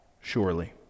surely